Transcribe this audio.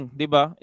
diba